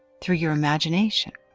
through your imagination.